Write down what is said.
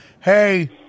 Hey